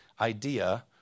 idea